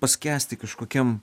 paskęsti kažkokiam